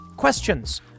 Questions